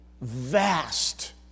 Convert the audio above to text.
vast